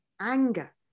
anger